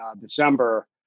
December